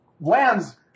lands